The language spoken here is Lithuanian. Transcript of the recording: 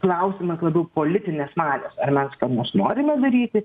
klausimas labiau politinės valios ar mes ką nors norime daryti